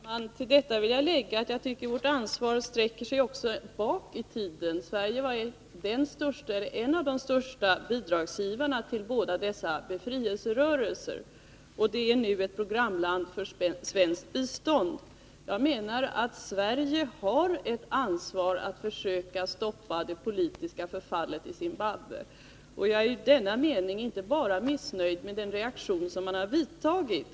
Herr talman! Till detta vill jag lägga att jag tycker att vårt ansvar sträcker sig också bakåt i tiden. Sverige var en av de största bidragsgivarna till båda dessa befrielserörelser, och Zimbabwe är nu ett programland för svenskt bistånd. Jag menar att Sverige har ett ansvar att försöka stoppa det politiska förfallet i Zimbabwe. I det avseendet är jag missnöjd med den reaktion som man gett uttryck för.